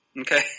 Okay